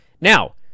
Now